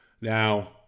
Now